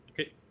okay